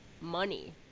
money